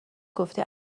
گفته